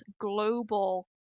global